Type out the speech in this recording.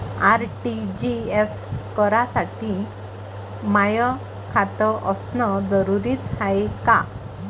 RTGS करासाठी माय खात असनं जरुरीच हाय का?